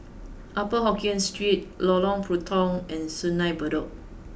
upper Hokkien Street Lorong Puntong and Sungei Bedok